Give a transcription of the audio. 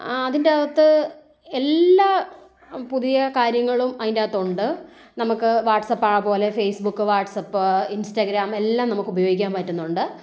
ആ അതിൻ്റകത്ത് എല്ലാ പുതിയ കാര്യങ്ങളും അതിന്റെ അകത്ത് ഉണ്ട് നമുക്ക് വാട്സ്ആപ്പ് ആ പോലെ ഫേസ്ബുക്ക് വാട്സ്ആപ്പ് ഇൻസ്റ്റാഗ്രാം എല്ലാം നമുക്ക് ഉപയോഗിക്കാൻ പറ്റുന്നുണ്ട്